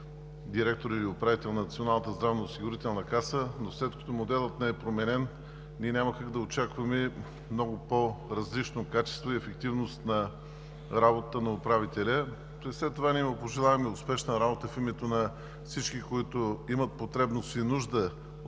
директор или управител на Националната здравноосигурителна каса, но след като моделът не е променен, ние няма как да очакваме много по-различно качество и ефективност на работата на управителя. При все това ние му пожелаваме успешна работа в името на всички, които имат потребност и нужда